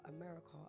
America